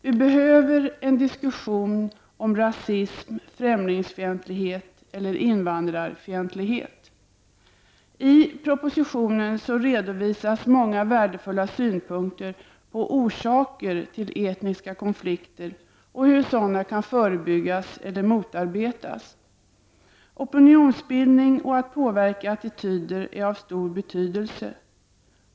Vi behöver en diskussion om rasism, främlingsfientlighet eller invandrarfientlighet. I propositionen redovisas många värdefulla synpunkter på orsaker till etniska konflikter och hur sådana kan förebyggas eller motarbetas. Opinionsbildning och attitydpåverkan är av stor betydelse.